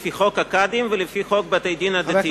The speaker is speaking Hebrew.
לפי חוק הקאדים ולפי חוק בתי-הדין הדתיים,